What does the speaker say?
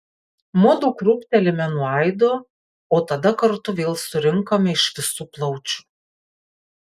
mudu krūptelime nuo aido o tada kartu vėl surinkame iš visų plaučių